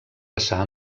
passar